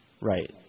Right